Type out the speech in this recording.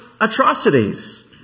atrocities